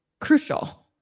crucial